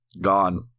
gone